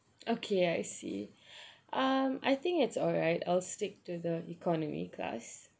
okay I see um I think it's alright I'll stick to the economy class